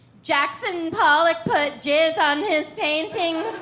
jackson pollock put jizz on his paintings.